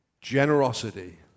generosity